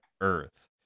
Earth